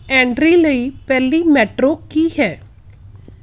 ਐਂਡਰੀ ਲਈ ਪਹਿਲੀ ਮੈਟਰੋ ਕੀ ਹੈ